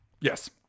yes